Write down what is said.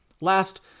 last